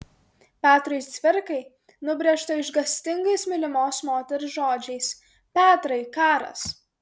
petrui cvirkai nubrėžta išgąstingais mylimos moters žodžiais petrai karas